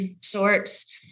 Sorts